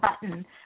button